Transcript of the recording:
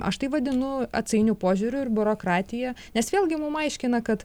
aš tai vadinu atsainiu požiūriu ir biurokratija nes vėlgi mum aiškina kad